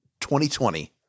2020